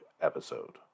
episode